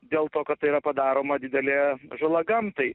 dėl to kad tai yra padaroma didelė žala gamtai